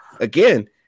again